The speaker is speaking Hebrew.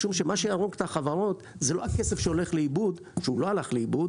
משום שמה שיהרוג את החברות זה לא הכסף שהולך לאיבוד - שלא הלך לאיבוד